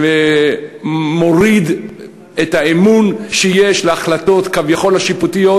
זה מוריד את האמון שיש בהחלטות כביכול השיפוטיות,